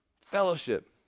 Fellowship